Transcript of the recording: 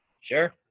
Sure